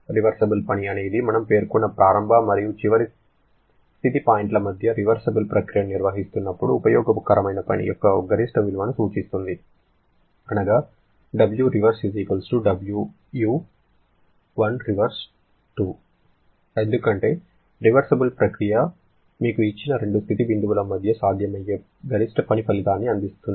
reversible పని అనేది మనము పేర్కొన్న ప్రారంభ మరియు చివరి స్థితి పాయింట్ల మధ్య రివర్సిబుల్ ప్రక్రియను నిర్వహిస్తున్నప్పుడు ఉపయోగకరమైన పని యొక్క గరిష్ట విలువను సూచిస్తుంది అనగా Wrev Wu | 1rev→2 ఎందుకంటే రివర్సిబుల్ ప్రక్రియ మీకు ఇచ్చిన 2 స్థితి బిందువుల మధ్య సాధ్యమయ్యే గరిష్ట పని ఫలితాన్ని అందిస్తోంది